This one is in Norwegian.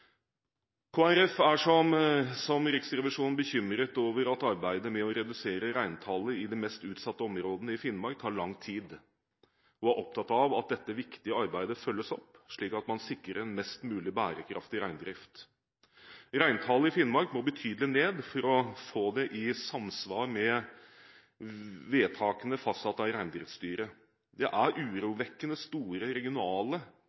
er – som Riksrevisjonen – bekymret over at arbeidet med å redusere reintallet i de mest utsatte områdene i Finnmark tar lang tid, og vi er opptatt av at dette viktige arbeidet følges opp, slik at man sikrer en mest mulig bærekraftig reindrift. Reintallet i Finnmark må betydelig ned for å få det i samsvar med de vedtakene som er fastsatt av Reindriftsstyret. Det er urovekkende store regionale